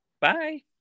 Bye